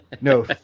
no